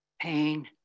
pain